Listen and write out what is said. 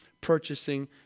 purchasing